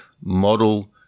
model